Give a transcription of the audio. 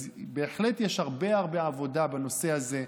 אז בהחלט יש הרבה הרבה עבודה בנושא הזה.